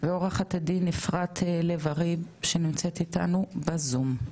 ועורכת הדין אפרת לב ארי שנמצאת איתנו בזום.